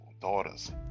daughters